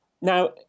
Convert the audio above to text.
Now